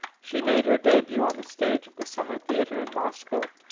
she made her debut on the stage of the summer theatre in moscow,